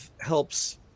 helps